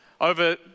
Over